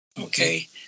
okay